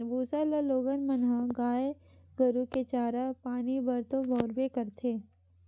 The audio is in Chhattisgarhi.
भूसा ल लोगन मन ह गाय गरु के चारा पानी बर तो बउरबे करथे